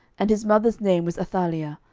and his mother's name was athaliah,